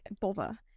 bother